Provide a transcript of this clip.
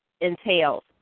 entails